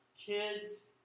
kids